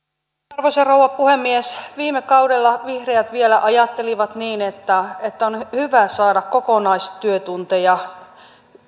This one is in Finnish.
arvoisa rouva puhemies viime kaudella vihreät vielä ajattelivat niin että että on hyvä saada kokonaistyötunteja